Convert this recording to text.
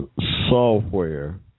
Software